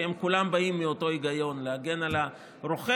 כי הם כולם באים מאותו היגיון: להגן על הרוכש,